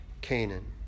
Canaan